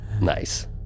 nice